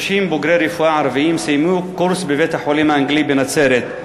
30 בוגרי רפואה ערבים סיימו קורס בבית-החולים האנגלי בנצרת.